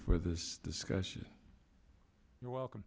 for this discussion you're welcome